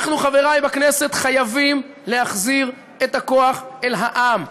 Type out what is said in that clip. אנחנו, חברי בכנסת, חייבים להחזיר את הכוח אל העם.